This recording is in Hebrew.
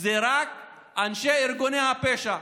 זה רק אנשי ארגוני הפשע.